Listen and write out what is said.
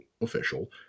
official